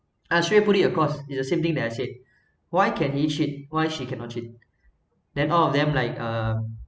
I straight put it across it's the same thing I said why can he cheat why she cannot cheat then all of them like uh